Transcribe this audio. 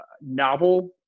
novel